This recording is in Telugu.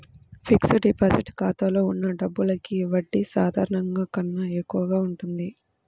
ఫిక్స్డ్ డిపాజిట్ ఖాతాలో ఉన్న డబ్బులకి వడ్డీ సాధారణం కన్నా ఎక్కువగా ఉంటుంది